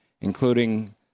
including